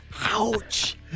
Ouch